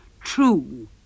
true